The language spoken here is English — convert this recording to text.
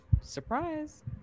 surprise